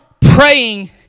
praying